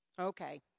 Okay